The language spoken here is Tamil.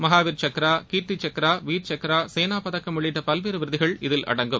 மகாவீர் சக்ரா கீர்த்தி சக்ரா வீர் சக்ரா சேனா பதக்கம் உள்ளிட்ட பல்வேறு விருதுகள் இதில் அடங்கும்